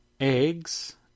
eggs